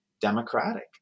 democratic